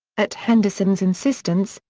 at henderson's insistence,